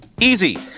Easy